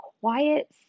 quiet